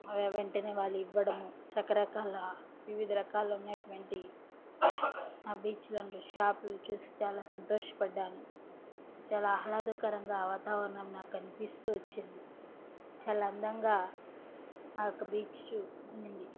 వెంటనే వాళ్ళు ఇవ్వడము రకరకాల వివిధ రకాలైనటువంటి ఆ బీచ్లో ఉండే షాపులు చూసి చాలా సంతోషపడ్డాను చాలా ఆహ్లాదకరంగా వాతావరణం నాకు కనిపిస్తూ వచ్చింది చాలా అందంగా ఆ యొక్క బీచ్చు ఉండింది